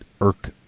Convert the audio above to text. irk